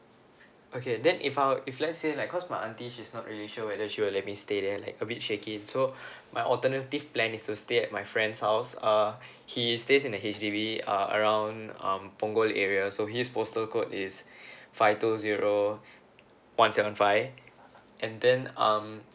okay then if I were if let's say like cause my auntie she's not really sure whether she will let me stay there like a bit shaky so my alternative plan is to stay at my friend's house err he stays in the H_D_B uh around um punggol area so his postal code is five two zero one seven five and then um